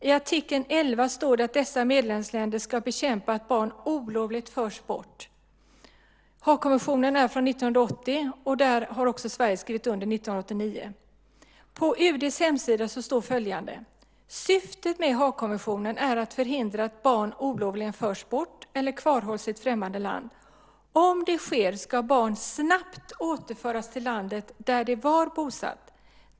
I artikel 11 står det att dessa medlemsländer ska bekämpa att barn olovligt förs bort. Haagkonventionen är från 1980, och Sverige skrev under 1989. På UD:s hemsida står följande: "Syftet med Haagkonventionen är att förhindra att barn olovligen förs bort till eller hålls kvar i ett främmande land. Om det sker ska barnet snabbt återföras till landet där det var bosatt.